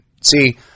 See